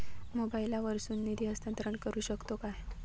मोबाईला वर्सून निधी हस्तांतरण करू शकतो काय?